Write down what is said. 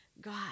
God